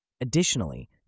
Additionally